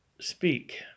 speak